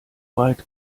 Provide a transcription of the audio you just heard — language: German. weit